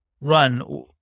run